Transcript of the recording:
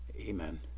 Amen